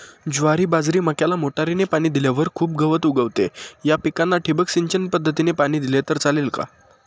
ज्वारी, बाजरी, मक्याला मोटरीने पाणी दिल्यावर खूप गवत उगवते, या पिकांना ठिबक सिंचन पद्धतीने पाणी दिले तर चालेल का?